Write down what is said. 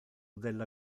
della